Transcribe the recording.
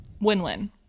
win-win